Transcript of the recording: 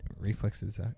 reflexes